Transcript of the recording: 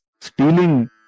stealing